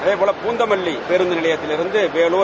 இதேபோல் புந்தமல்லி பேருந்து நிலையத்திலிருந்து வேலூர்